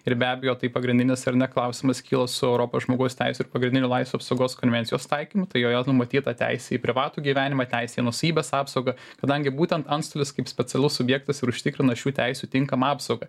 ir be abejo tai pagrindinis ar ne klausimas kilo su europos žmogaus teisių ir pagrindinių laisvių apsaugos konvencijos taikymu tai joje numatyta teisė į privatų gyvenimą teisė į nuosavybės apsaugą kadangi būtent antstolis kaip specialus subjektas ir užtikrina šių teisių tinkamą apsaugą